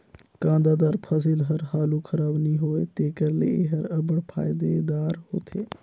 कांदादार फसिल हर हालु खराब नी होए तेकर ले एहर अब्बड़ फएदादार होथे